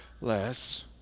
less